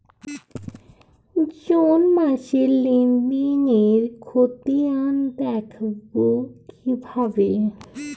June মাসের লেনদেনের খতিয়ান দেখবো কিভাবে?